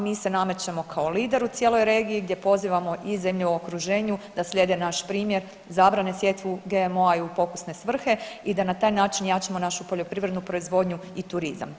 Mi se namećemo kao lider u cijeloj regiji gdje pozivamo i zemlje u okruženju da slijede naš primjer, zabrane sjetvu GMO-a i u pokusne svrhe i da na taj način jačamo našu poljoprivrednu proizvodnju i turizam.